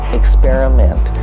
experiment